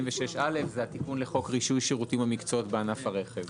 96א, התיקון לחוק שירותים ומקצועות בענף הרכב.